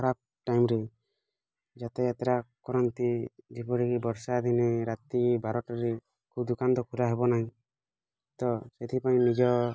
ଖରାପ ଟାଇମ୍ରେ ଯାତ୍ରା ଯାତ୍ରା କରନ୍ତି ଯେପରିକି ବର୍ଷା ଦିନେ ରାତି ବାରଟାରେ କେଉଁ ଦୋକାନ ତ ଖୋଲା ହେବନାହିଁ ତ ସେଥିପାଇଁ ନିଜ